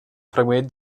fregament